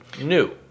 new